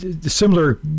similar